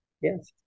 Yes